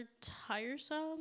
tiresome